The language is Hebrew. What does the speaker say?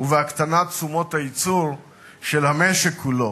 ובהקטנת תשומות הייצור של המשק כולו.